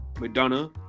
Madonna